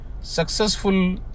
Successful